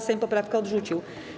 Sejm poprawkę odrzucił.